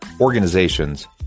organizations